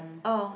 oh